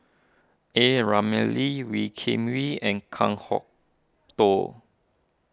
A Ramli Wee Kim Wee and Kan Kwok Toh